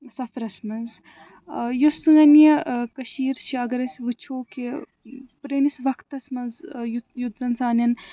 سفرس منٛز یُس سٲنۍ یہِ کٔشیٖرِ چھِ اگر أسۍ وٕچھو کہِ پرٛٲنِس وقتس منٛز یُتھ یُتھ زن سانٮ۪ن